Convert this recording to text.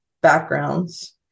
backgrounds